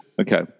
okay